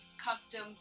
custom